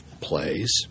plays